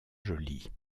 jolie